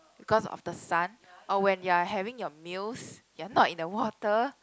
cause of the sun or when your having your meals you're not in the water